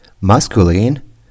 masculine